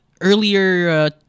earlier